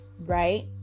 right